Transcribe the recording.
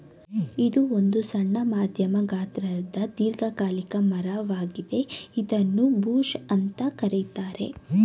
ಇದು ಒಂದು ಸಣ್ಣ ಮಧ್ಯಮ ಗಾತ್ರದ ದೀರ್ಘಕಾಲಿಕ ಮರ ವಾಗಿದೆ ಇದನ್ನೂ ಬುಷ್ ಅಂತ ಕರೀತಾರೆ